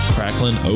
Cracklin